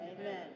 amen